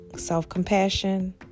Self-compassion